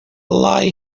lie